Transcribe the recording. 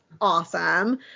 awesome